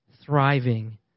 thriving